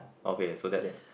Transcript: okay so that's